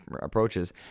approaches